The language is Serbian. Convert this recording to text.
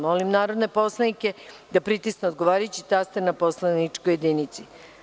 Molim narodne poslanike da pritisnu odgovarajući taster na poslaničkoj jedinici.